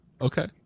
Okay